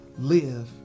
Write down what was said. Live